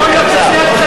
למה אתם צועקים?